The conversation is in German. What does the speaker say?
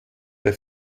bei